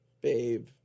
Babe